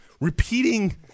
repeating